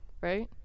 right